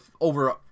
over